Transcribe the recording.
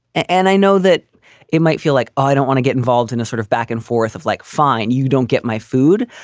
and i know that it might feel like i don't want to get involved in a sort of back and forth of like, fine, you don't get my food.